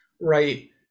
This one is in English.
right